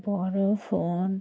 বড়ো ফোন